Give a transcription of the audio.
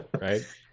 right